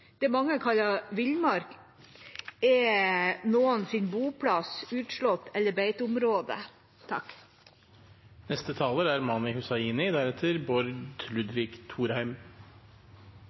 Det mange kaller villmark, er noens boplass, utslått eller